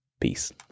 Peace